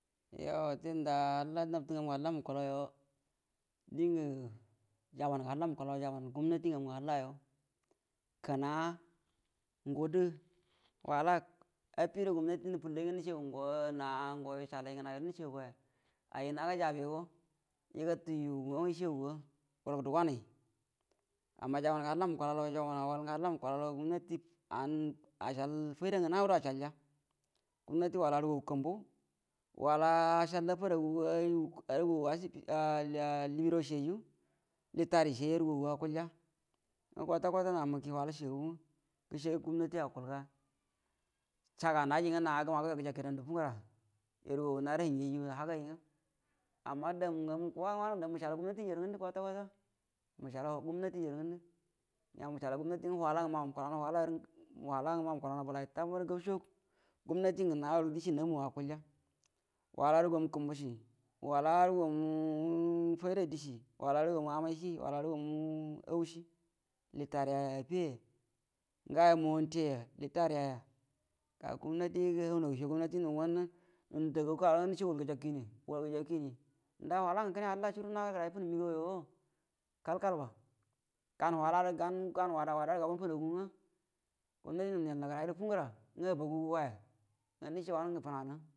To wute nda halla nabtə nganu ngə halla mukulau yo dingə gabah nga halla mukulau jaban ngə gumnati ngamu ngə hallay kəna-ngudə-wala afido gumnatu nishagu ngo na shalai ngəhayudo nushagu goya aji ngə haga jabego igartu yugagu nga ishaguga gudugwaimai ammai jaban ngə halla mukulalau jaban awal halla mukulalau gumnati an ashal faida ngənado ashalya gumnati wala arugaga kumbu wala ashal dafaragu ga ariga asibiti a-a-libiro shiyoyu litari shiyai jaru gagu akulya kwata-kwata namu ki wala shigagu nafa gsh gumnati akulga shga naji naga nugu naira hingi yiju hagai nga amma dawungamu kukawa gwara wanungə damma mushalau gumnati jarə ngəndə kwata-kwata mushaldu gumnatijarə ngundə nga musha lau gumnati nga wala ngə mau mukalanau wala yarə-wala ngə mau mukulanau bəlagu tab barə gausho gumnati ngə naku dishi namu akulya wala aru gamu kumbushi wala arugamu faida dishi wala ary gamuamaishi wala arugamu aushi btariyaya afiyaya ngaya monti yaya litari yaya ga gumnati hau na giusho hu nga nah nu nətagagu kagal nga nəshaguga gəkakiuni nda wala ngə kəne halla shuru nagərai funu migau yoo kal-kal ba gau waladə gau gau wada-wada du gaguu funagu nga gumnati nu hiyal nugurarə fungura nga abagagu goya nga nishe wanungə tunanə.